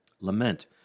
Lament